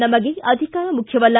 ನಮಗೆ ಅಧಿಕಾರ ಮುಖ್ಯವಲ್ಲ